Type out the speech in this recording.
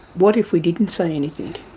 what if we didn't say anything,